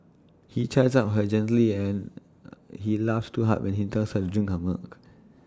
he chides her gently and he laughs too hard when he tells her to drink her milk